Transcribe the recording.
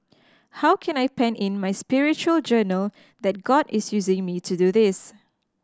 how can I pen in my spiritual journal that God is using me to do this